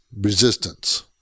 Resistance